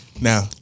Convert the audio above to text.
Now